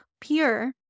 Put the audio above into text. pure